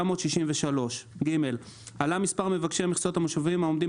1963. עלה מספר מבקשי מכסה מושביים העומדים